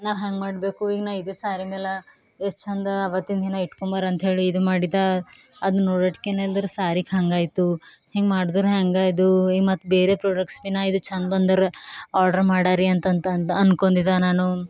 ನಾ ಹ್ಯಾಂಗೆ ಮಾಡಬೇಕು ಈಗ ನಾ ಇದೆ ಸ್ಯಾರಿ ಮೇಲೆ ಎಷ್ಟು ಚಂದ ಆವತ್ತಿನ ದಿನ ಇಟ್ಕೊಂಬರ ಅಂತ್ಹೇಳಿ ಇದು ಮಾಡಿದೆ ಅದು ನೊಡೋಟ್ಕೆನೆ ಇಲ್ದಿರ ಸ್ಯಾರಿಗೆ ಹಾಗಾಯ್ತು ಹಿಂಗೆ ಮಾಡ್ದ್ರೆ ಹೆಂಗೆ ಇದು ಈ ಮತ್ತು ಬೇರೆ ಪ್ರೊಡಕ್ಟ್ಸ್ ಭೀನಾ ಇದು ಚಂದ ಬಂದರೆ ಆರ್ಡ್ರು ಮಾಡಾರೀ ಅಂತಂತ ಅಂದ ಅನ್ಕೊಂದಿದ ನಾನು